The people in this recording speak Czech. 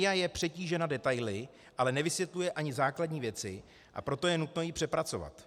RIA je přetížena detaily, ale nevysvětluje ani základní věci, a proto je nutno ji přepracovat.